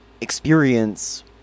experience